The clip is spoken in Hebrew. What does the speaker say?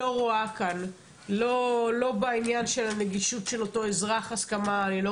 כאן הסכמה לגבי הנגישות של האזרח ואני גם